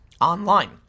online